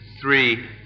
three